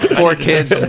four kids,